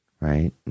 Right